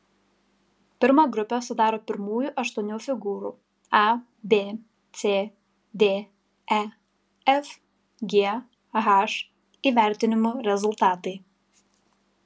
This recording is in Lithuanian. pirmą grupę sudaro pirmųjų aštuonių figūrų a b c d e f g h įvertinimų rezultatai